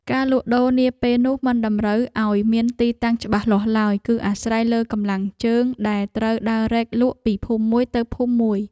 ការលក់ដូរនាពេលនោះមិនតម្រូវឱ្យមានទីតាំងច្បាស់លាស់ឡើយ គឺអាស្រ័យលើកម្លាំងជើងដែលត្រូវដើររែកលក់ពីភូមិមួយទៅភូមិមួយ។